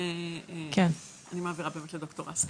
אני מעבירה לד"ר רסקין.